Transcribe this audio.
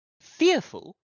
fearful